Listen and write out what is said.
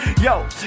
Yo